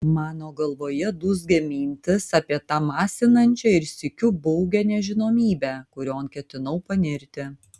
mano galvoje dūzgė mintys apie tą masinančią ir sykiu baugią nežinomybę kurion ketinau panirti